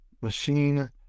machine